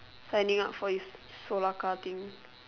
signing up for this solar car thing